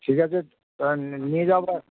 ঠিক আছে তা নিয়ে যাব আর